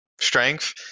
strength